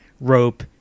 rope